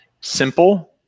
simple